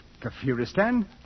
Kafiristan